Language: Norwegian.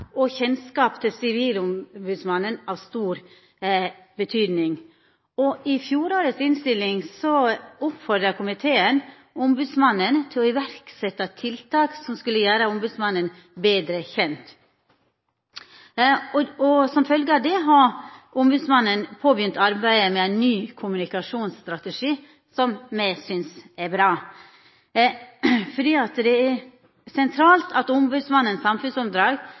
fjorårets innstilling oppmoda komiteen ombodsmannen til å setja i verk tiltak som skulle gjera ombodsmannen betre kjend. Som følgje av det har ombodsmannen begynt på arbeidet med ein ny kommunikasjonsstrategi, som me synest er bra, fordi det er sentralt at ombodsmannens samfunnsoppdrag